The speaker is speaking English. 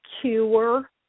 cure